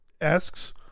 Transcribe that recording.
asks